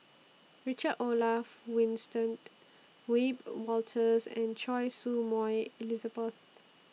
Richard Olaf Winstedt Wiebe Wolters and Choy Su Moi Elizabeth